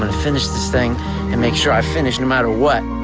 and finish this thing and make sure i finish no matter what.